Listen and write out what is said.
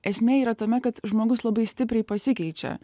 esmė yra tame kad žmogus labai stipriai pasikeičia